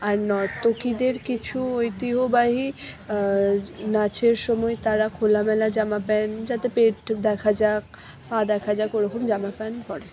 আর নর্তকীদের কিছু ঐতিহ্যবাহী নাচের সময় তারা খোলামেলা জামা প্যান্ট যাতে পেট দেখা যাক পা দেখা যাক ওরকম জামা প্যান্ট পরে